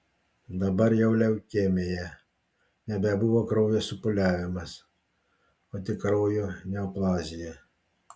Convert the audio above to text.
dabar jau leukemija nebebuvo kraujo supūliavimas o tik kraujo neoplazija